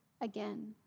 again